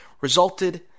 resulted